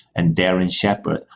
and darren shepherd.